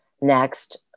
next